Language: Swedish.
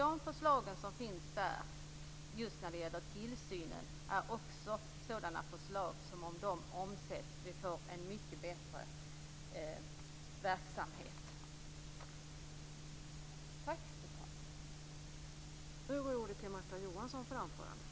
De förslagen om tillsyn kan ge en mycket bättre verksamhet.